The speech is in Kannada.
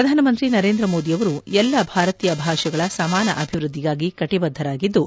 ಪ್ರಧಾನಮಂತ್ರಿ ನರೇಂದ್ರ ಮೋದಿಯವರು ಎಲ್ಲಾ ಭಾರತೀಯ ಭಾಷೆಗಳ ಸಮಾನ ಅಭಿವೃದ್ದಿಗಾಗಿ ಕಟಿಬದ್ದರಾಗಿದ್ದು